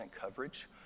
coverage